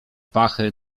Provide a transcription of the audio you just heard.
pachy